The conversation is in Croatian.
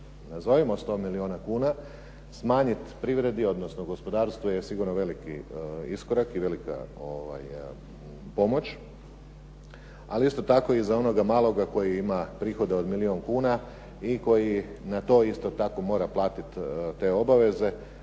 nazovimo 100 milijuna kuna, smanjiti privredi, odnosno gospodarstvu je sigurno veliki iskorak i velika pomoć. Ali isto tako za onog maloga koji ima prihoda od milijun kuna i koji na to isto tako mora platiti te obaveze,